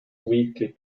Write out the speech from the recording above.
weekly